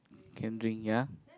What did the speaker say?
can drink ya